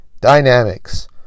Dynamics